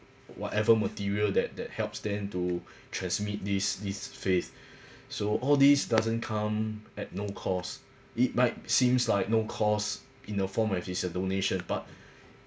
whatever material that that helps them to transmit this this faith so all these doesn't come at no cost it might seems like no cost in a form when it's a donation but